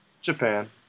Japan